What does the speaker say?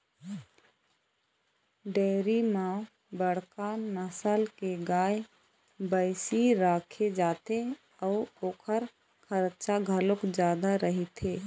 dairy म बड़का नसल के गाय, भइसी राखे जाथे अउ ओखर खरचा घलोक जादा रहिथे